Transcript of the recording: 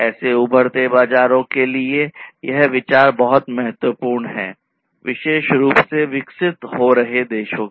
ऐसा उभरते बाजारों के लिए यह विचार बहुत महत्वपूर्ण है विशेष रूप से विकसित हो रहे देशों में